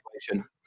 situation